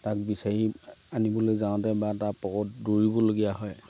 তাক বিচাৰি আনিবলৈ যাওঁতে বা তাৰ পকৰত দৌৰিবলগীয়া হয়